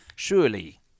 Surely